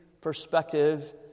perspective